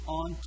on